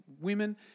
women